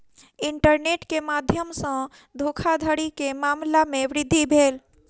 internet के माध्यम सॅ धोखाधड़ी के मामला में वृद्धि भेल